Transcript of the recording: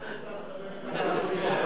קודם כול,